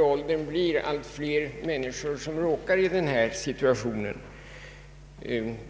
ålder kommer ju allt fler människor i denna situation.